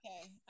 Okay